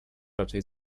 raczej